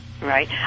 Right